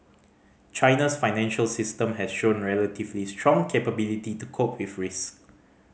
China's financial system has shown relatively strong capability to cope with risk